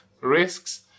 risks